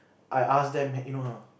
I ask them eh you know